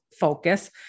focus